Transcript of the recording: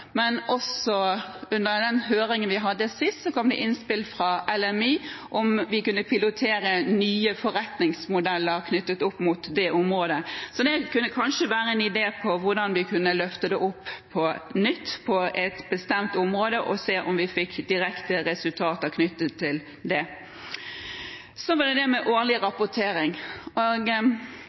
Også under den høringen vi hadde sist, kom det innspill fra Legemiddelindustrien, LMI, om vi kunne pilotere nye forretningsmodeller knyttet opp mot det området. Så det kunne kanskje være en idé til hvordan vi kunne løfte det opp på nytt, på et bestemt område, og se om vi fikk direkte resultater knyttet til det. Så til det med årlig rapportering.